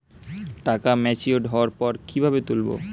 টাকা ম্যাচিওর্ড হওয়ার পর কিভাবে তুলব?